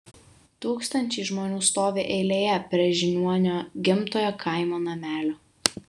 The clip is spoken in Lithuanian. tūkstančiai žmonių stovi eilėje prie žiniuonio gimtojo kaimo namelio